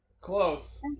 close